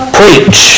preach